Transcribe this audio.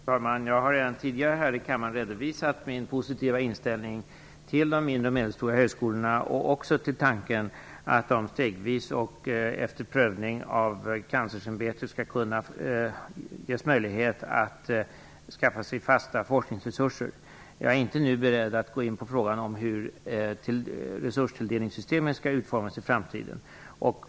Fru talman! Jag har redan tidigare här i kammaren redovisat min positiva inställning till de mindre och medelstora högskolorna liksom även till tanken att de stegvis och efter prövning av Kanslersämbetet skall kunna ges möjlighet att skaffa sig fasta forskningsresurser. Jag är inte nu beredd att gå in på frågan om hur resurstilldelningssystemet skall utformas i framtiden.